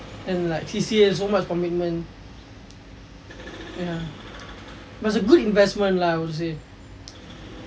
and like C_C_A so much commitment ya but it's a good investment lah I would say